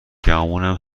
گمونم